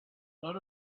lot